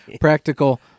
Practical